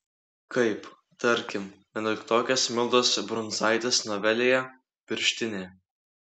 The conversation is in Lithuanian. kaip tarkim vienuoliktokės mildos brunzaitės novelėje pirštinė